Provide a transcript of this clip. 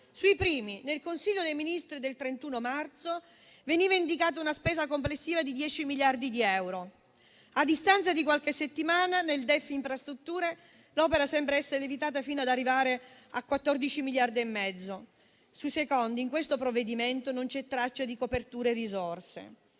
ai primi, nel Consiglio dei ministri del 31 marzo veniva indicata una spesa complessiva di 10 miliardi di euro; a distanza di qualche settimana, nell'Allegato infrastrutture al DEF l'opera sembra essere lievitata fino ad arrivare a 14,5 miliardi. Quanto ai secondi, nel provvedimento in esame non c'è traccia di coperture e risorse.